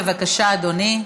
בבקשה, אדוני,